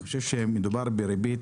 אני חושב שמדובר בריבית